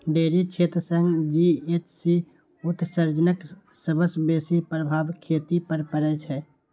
dairy क्षेत्र सं GHC उत्सर्जनक सबसं बेसी प्रभाव खेती पर पड़ै छै